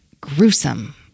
gruesome